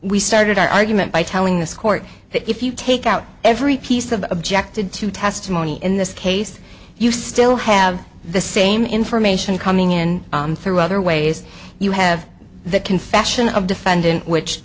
we started our argument by telling this court that if you take out every piece of objected to testimony in this case you still have the same information coming in through other ways you have the confession of defendant which